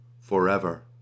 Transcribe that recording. forever